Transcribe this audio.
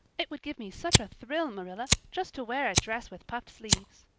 it would give me such a thrill, marilla, just to wear a dress with puffed sleeves.